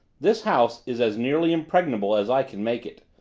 this house is as nearly impregnable as i can make it.